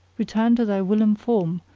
return to thy whilom form,